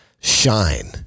shine